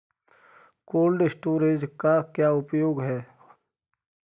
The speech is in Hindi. कोल्ड स्टोरेज का क्या उपयोग है?